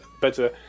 better